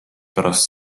pärast